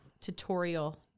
tutorial